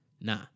Nah